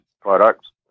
products